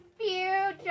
Future